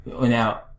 Now